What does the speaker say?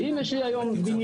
אם יש לי היום בניין,